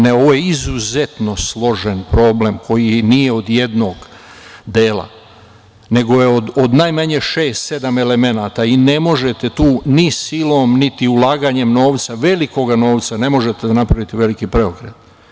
Ne, ovo je izuzetno složen problem koji nije od jednog dela, nego je od najmanje šest, sedam elemenata i ne možete tu ni silom, niti ulaganjem novca, velikog novca, ne možete da napravite veliki preokret.